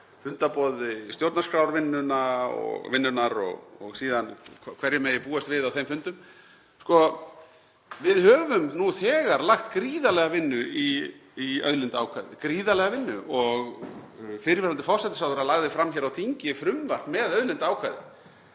fundarboð stjórnarskrárvinnunnar og síðan við hverju megi búast á þeim fundum. Við höfum nú þegar lagt gríðarlega vinnu í auðlindaákvæðið, gríðarlega vinnu. Fyrrverandi forsætisráðherra lagði fram á þingi frumvarp með auðlindaákvæði.